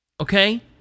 Okay